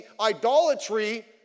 idolatry